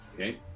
Okay